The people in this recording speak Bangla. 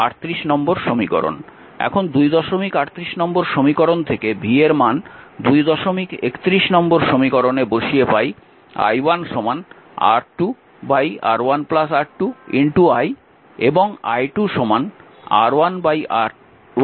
এখন 238 নম্বর সমীকরণ থেকে v এর মান 231 নম্বর সমীকরণে বসিয়ে পাই i1 R2 R1 R2 i এবং i2 R1 R1 R2 i